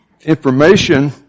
information